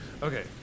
okay